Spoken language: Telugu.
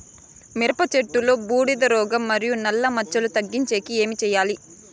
మిరప చెట్టులో బూడిద రోగం మరియు నల్ల మచ్చలు తగ్గించేకి ఏమి చేయాలి?